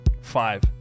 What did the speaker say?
Five